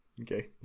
okay